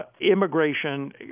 Immigration